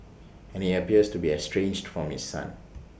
and he appears to be estranged from his son